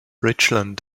richland